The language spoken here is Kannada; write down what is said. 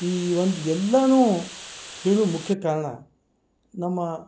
ಈ ಒಂದು ಎಲ್ಲನೂ ಹೇಳುವ ಮುಖ್ಯ ಕಾರಣ ನಮ್ಮ